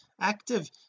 active